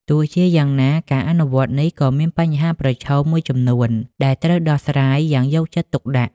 ទោះជាយ៉ាងណា ការអនុវត្តនេះក៏មាន បញ្ហាប្រឈម មួយចំនួនដែលត្រូវដោះស្រាយយ៉ាងយកចិត្តទុកដាក់។